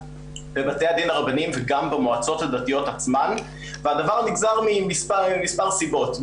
בבתי הדין הרבניים וגם במועצות הדתיות עצמן והדבר הנגזר ממספר סיבות,